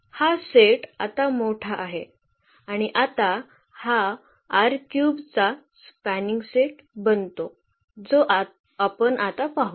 हा सेट आता मोठा आहे आणि आता हा चा स्पॅनिंग सेट बनतो जो आपण आता पाहू